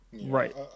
Right